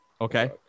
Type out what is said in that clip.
okay